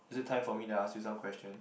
is it time for me to ask you some question